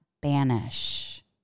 banish